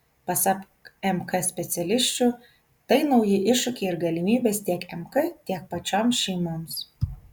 pasak mk specialisčių tai nauji iššūkiai ir galimybės tiek mk tiek pačioms šeimoms